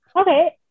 Okay